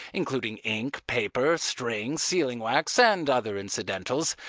including ink, paper, string, sealing-wax and other incidentals,